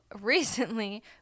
recently